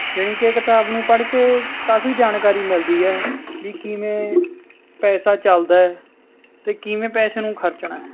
ਜਾਣੀ ਕਿ ਇਹ ਕਿਤਾਬ ਨੂੰ ਪੜ੍ਹ ਕੇ ਕਾਫ਼ੀ ਜਾਣਕਾਰੀ ਮਿਲਦੀ ਹੈ ਵੀ ਕਿਵੇਂ ਪੈਸਾ ਚੱਲਦਾ ਹੈ ਅਤੇ ਕਿਵੇਂ ਪੈਸੇ ਨੂੰ ਖਰਚਣਾ ਹੈ